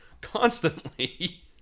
constantly